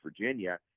Virginia